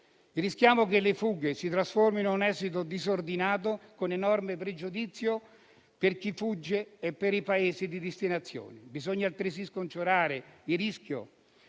rischiamo che le fughe si trasformino in un esodo disordinato, con enorme pregiudizio per chi fugge e per i Paesi di destinazione. Bisogna altresì scongiurare il rischio